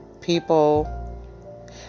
people